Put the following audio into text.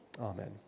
Amen